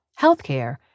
healthcare